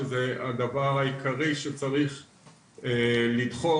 שזה הדבר העיקרי שצריך לדחוף,